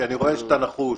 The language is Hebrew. כי אני רואה שאתה נחוש.